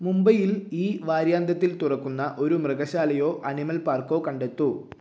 മുംബൈയിൽ ഈ വാര്യാന്ത്യത്തിൽ തുറക്കുന്ന ഒരു മൃഗശാലയോ അനിമൽ പാർക്കോ കണ്ടെത്തൂ